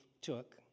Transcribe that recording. took